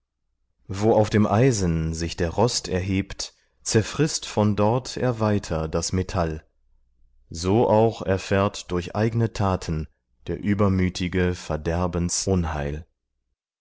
wo auf dem eisen sich der rost erhebt zerfrißt von dort er weiter das metall so auch erfährt durch eigne taten der übermütige